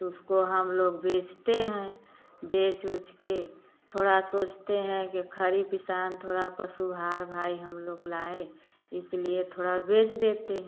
तो उसको हम लोग बेचते हैं बेच ओच के थोड़ा सोचते हैं कि खरी पिसान थोड़ा पशु आहार भाई हम लोग लाए इसलिए थोड़ा बेच देते हैं